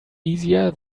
easier